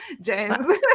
James